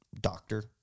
doctor